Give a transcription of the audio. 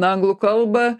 anglų kalbą